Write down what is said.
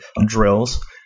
drills